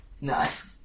Nice